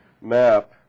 map